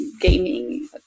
gaming